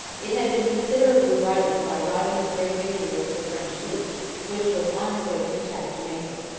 it had been considerably brightened by rodney's great victory over the french fleet which was on its way to attack jamaica.